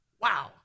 Wow